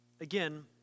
Again